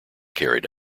carried